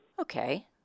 Okay